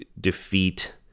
defeat